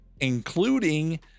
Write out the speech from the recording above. including